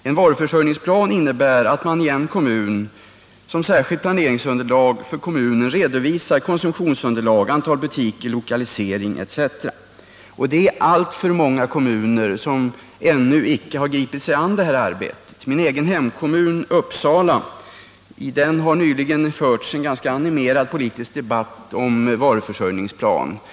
En varuförsörjningsplan innebär att man i en kommun som särskilt planeringsunderlag för kommunen redovisar konsumtionsunderlag, antal butiker, lokalisering etc. Alltför många kommuner har ännu icke gripit sig an med det arbetet. I min egen hemkommun Uppsala har nyligen förts en ganska animerad politisk debatt om en varuförsörjningsplan.